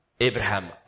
Abraham